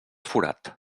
forat